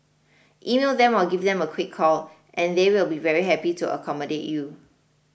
email them or give them a quick call and they will be very happy to accommodate you